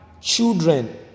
children